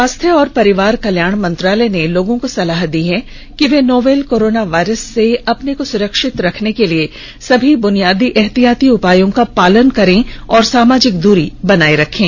स्वास्थ्य और परिवार कल्याण मंत्रालय ने लोगों को सलाह दी है कि वे नोवल कोरोना वायरस से अपने को सुरक्षित रखने के लिए सभी बुनियादी एहतियाती उपायों का पालन करें और सामाजिक दूरी बनाए रखें